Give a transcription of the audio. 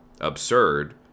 absurd